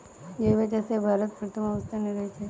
জৈব চাষে ভারত প্রথম অবস্থানে রয়েছে